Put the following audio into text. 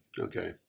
Okay